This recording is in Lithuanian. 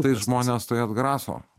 tai žmonės tai atgraso